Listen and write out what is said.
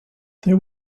there